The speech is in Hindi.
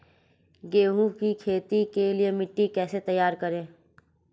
गेहूँ की खेती के लिए मिट्टी कैसे तैयार करें?